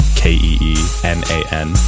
k-e-e-n-a-n